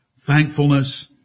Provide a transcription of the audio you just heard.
thankfulness